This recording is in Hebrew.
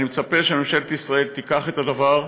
אני מצפה שממשלת ישראל תיקח את הדבר,